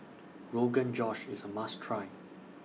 Rogan Josh IS A must Try